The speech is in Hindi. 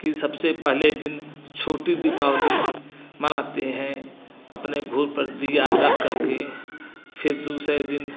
कि सबसे पहले दिन छोटी दीपावली मनाते हैं अपने घर पर दीया रख करके फिर दूसरे दिन